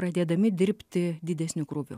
pradėdami dirbti didesniu krūviu